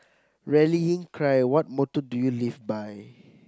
rallying cry what motto do you live by